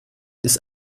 ist